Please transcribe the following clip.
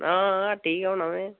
हां हट्टी गै होना में